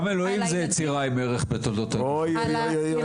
לאלוהים זה יצירה עם ערך בתולדות האמונות -- הילדים